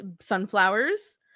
sunflowers